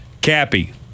Cappy